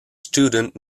student